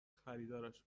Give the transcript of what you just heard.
خریدارش